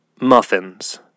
Muffins